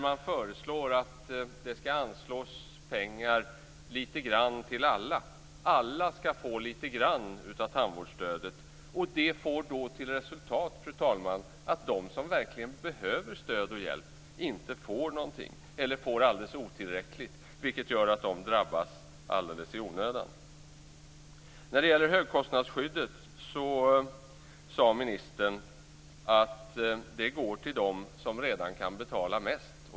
Man föreslår att det skall anslås litet pengar till alla. Alla skall få litet grand av tandvårdsstödet. Det får då till resultat, fru talman, att de som verkligen behöver stöd och hjälp inte får någonting, eller får alldeles otillräckligt. Det gör att de drabbas alldeles i onödan. När det gäller högkostnadsskyddet sade ministern att det går till dem som kan betala mest.